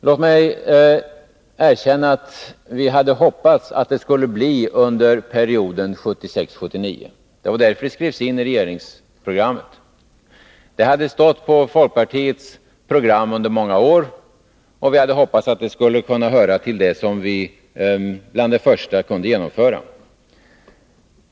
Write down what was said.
Låt mig erkänna att vi hade hoppats att det skulle bli under perioden 1976-1979. Det var därför det skrevs in i regeringsprogrammet. Det hade stått på folkpartiets program under många år, och vi hade hoppats att det skulle kunna höra till det första vi kunde genomföra.